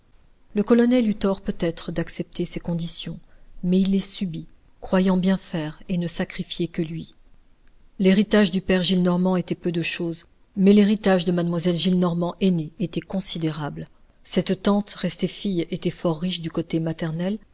le colonel eut tort peut-être d'accepter ces conditions mais il les subit croyant bien faire et ne sacrifier que lui l'héritage du père gillenormand était peu de chose mais l'héritage de mlle gillenormand aînée était considérable cette tante restée fille était fort riche du côté maternel